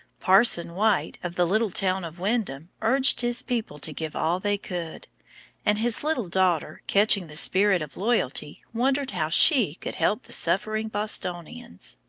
parson white, of the little town of windham, urged his people to give all they could and his little daughter, catching the spirit of loyalty, wondered how she could help the suffering bostonians.